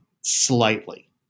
slightly